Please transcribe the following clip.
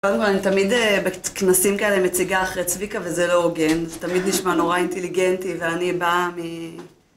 אני תמיד בכנסים כאלה מציגה אחרי צביקה וזה לא הוגן תמיד נשמע נורא אינטליגנטי ואני באה מ...